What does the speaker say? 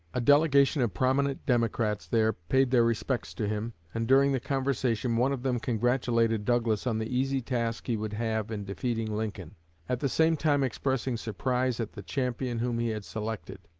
a delegation of prominent democrats there paid their respects to him, and during the conversation one of them congratulated douglas on the easy task he would have in defeating lincoln at the same time expressing surprise at the champion whom he had selected.